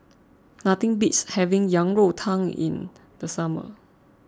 nothing beats having Yang Rou Tang in the summer